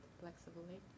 flexibly